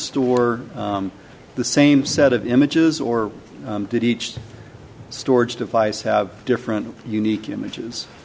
store the same set of images or did each storage device have different unique images